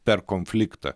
per konfliktą